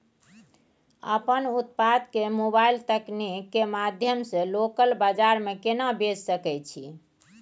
अपन उत्पाद के मोबाइल तकनीक के माध्यम से लोकल बाजार में केना बेच सकै छी?